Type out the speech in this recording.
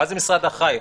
ואז המשרד אחראי.